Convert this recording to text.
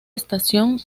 estación